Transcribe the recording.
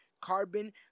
carbon